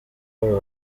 abo